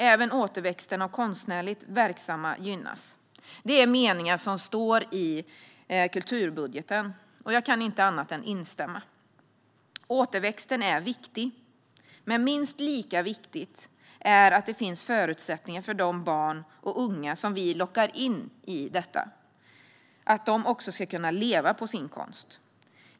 Även återväxten av konstnärligt verksamma gynnas." Detta är meningar som står i kulturbudgeten, och jag kan inte annat än instämma. Återväxten är viktig, men minst lika viktigt är att det finns förutsättningar för de barn och unga vi lockar in på det konstnärliga området att också kunna leva på sin konst.